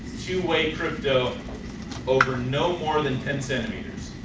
two way crypto over no more than ten cm.